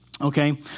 okay